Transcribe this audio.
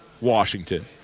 Washington